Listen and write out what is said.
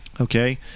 Okay